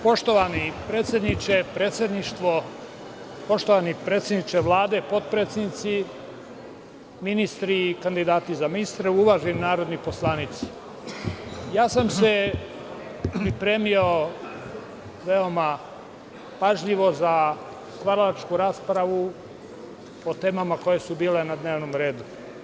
Poštovani predsedniče, predsedništvo, poštovani predsedniče Vlade, potpredsednici, ministri i kandidati za ministre, uvaženi narodni poslanici, pripremio sam se veoma pažljivo za stvaralačku raspravu o temama koje su bile na dnevnom redu.